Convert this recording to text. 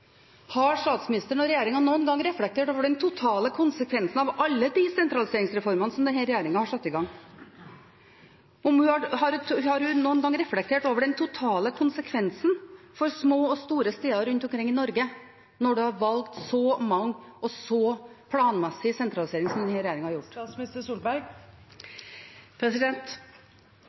Har statsministeren og regjeringen noen gang reflektert over den totale konsekvensen av alle de sentraliseringsreformene som denne regjeringen har satt i gang? Har hun noen gang reflektert over den totale konsekvensen for små og store steder rundt omkring i Norge når en har valgt så mye og så planmessig sentralisering som denne regjeringen har gjort?